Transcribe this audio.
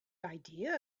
idea